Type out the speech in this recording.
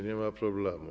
Nie ma problemu.